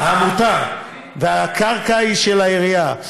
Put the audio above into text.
העמותה, והקרקע היא של העירייה.